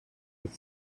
with